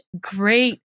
great